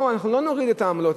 לא, אנחנו לא נוריד את העמלות.